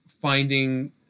finding